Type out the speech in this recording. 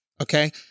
okay